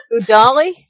Udali